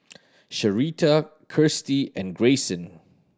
Sherita Kirstie and Grayson